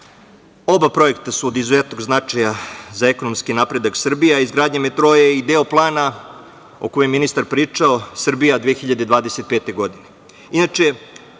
Oba projekta su od izuzetnog značaja za ekonomski napredak Srbije. Izgradnja metroa je i deo plana o kojem je ministar pričao „Srbija 2025“. Inače,